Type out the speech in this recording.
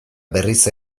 berriz